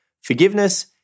forgiveness